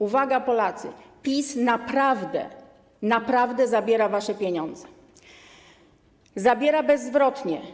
Uwaga Polacy, PiS naprawdę zabiera wasze pieniądze, zabiera bezzwrotnie.